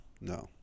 No